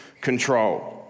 control